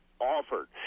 offered